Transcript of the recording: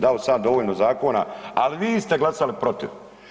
Dao sam ja dovoljno zakona, ali vi ste glasali protiv.